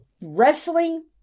Wrestling